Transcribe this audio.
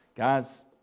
Guys